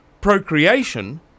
procreation